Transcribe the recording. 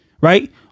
right